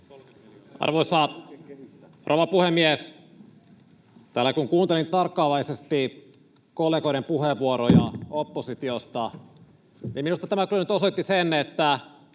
Arvoisa rouva puhemies! Täällä kun kuuntelin tarkkaavaisesti kollegoiden puheenvuoroja oppositiosta, niin minusta tämä kyllä nyt osoitti sen, että